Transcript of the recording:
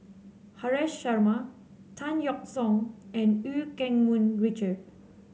Haresh Sharma Tan Yeok Seong and Eu Keng Mun Richard